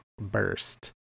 burst